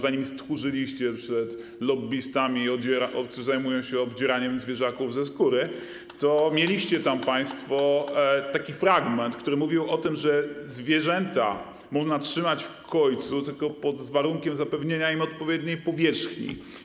Zanim stchórzyliście przed lobbystami, którzy zajmują się obdzieraniem zwierzaków ze skóry, to mieliście tam państwo taki fragment, który mówił o tym, że zwierzęta można trzymać w kojcu tylko pod warunkiem zapewnienia im odpowiedniej powierzchni.